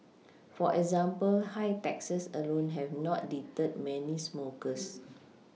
for example high taxes alone have not deterred many smokers